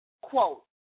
quote